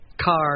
car